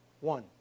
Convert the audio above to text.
one